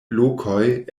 lokoj